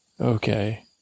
Okay